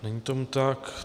Není tomu tak.